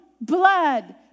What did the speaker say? blood